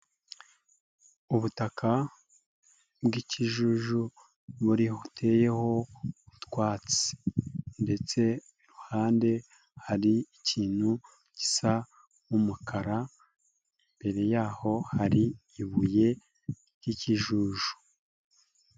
Ubutaka bw'ikijuju buteyeho utwatsi ndetse iruhande hari ikintu gisa nk'umukara, imbere yaho hari ibuye ry'ikijuju.